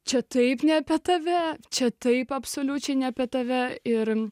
čia taip ne apie tave čia taip absoliučiai ne apie tave ir